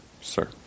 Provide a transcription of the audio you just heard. Sir